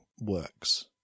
works